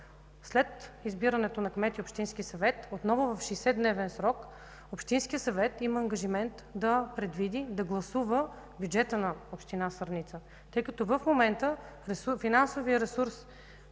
След избиране на кмет и общински съвет, отново в 60-дневен срок общинският съвет има ангажимент да предвиди, да гласува бюджета на община Сърница. В момента финансовият ресурс,